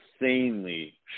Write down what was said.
Insanely